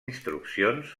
instruccions